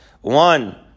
One